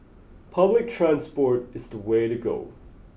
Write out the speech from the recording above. public transport is the way to go